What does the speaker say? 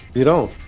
you don't?